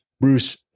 Bruce